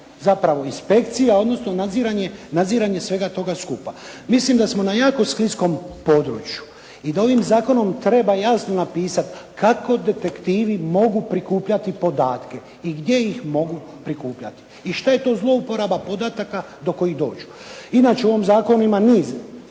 zapravo inspekcija, odnosno nadziranje svega toga skupa. Mislim da smo na jako skliskom području i da ovim zakonom treba jasno napisati kako detektivi mogu prikupljati podatke i gdje ih mogu prikupljati i šta je to zlouporaba podataka do kojih dođu. Inače, u ovom zakonu ima niz